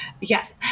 yes